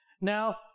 Now